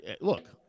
Look